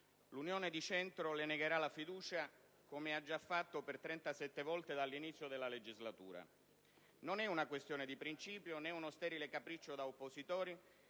l'Unione di Centro le negherà la fiducia come ha già fatto per 37 volte dall'inizio della legislatura. Non è una questione di principio, né uno sterile capriccio da oppositori,